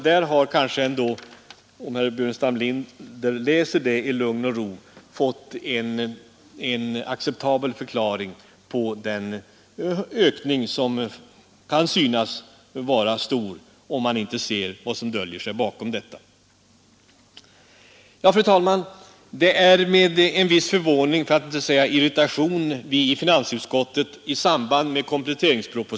De stora realekonomiska frågorna om avvägningen mellan enskild och gemensam konsumtion och dess avgörande betydelse för sysselsättning och en balanserad välfärdsutveckling förbigås med tystnad.